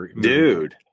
Dude